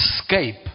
escape